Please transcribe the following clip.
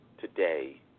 today